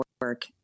work